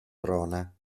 prona